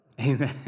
Amen